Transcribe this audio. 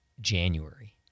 January